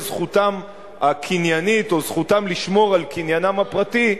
זכותם הקניינית או זכותם לשמור על קניינם הפרטי,